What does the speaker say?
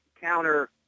counter